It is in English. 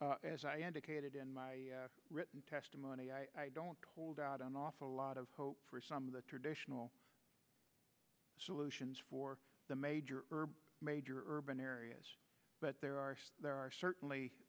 as i indicated in my written testimony i don't hold out an awful lot of hope for some of the traditional solutions for the major major urban areas but there are there are